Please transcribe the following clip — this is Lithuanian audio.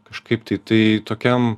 kažkaip tai tai tokiam